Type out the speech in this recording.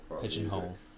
pigeonhole